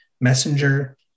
messenger